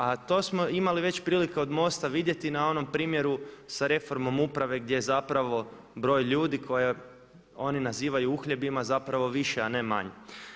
A to smo imali već prilike od MOST-a vidjeti na onom primjeru sa reformom uprave gdje broj ljudi koje oni nazivaju uhljebima zapravo više, a ne manje.